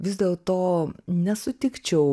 vis dėlto nesutikčiau